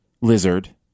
lizard